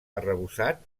arrebossat